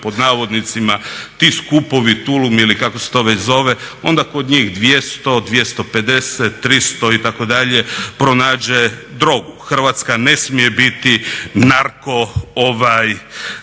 pod navodnicima ti "skupovi", "tulumi" ili kako se to već zove onda kod njih 200, 250, 300 itd. pronađe drogu. Hrvatska ne smije biti narko